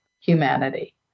humanity